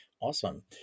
Awesome